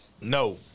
No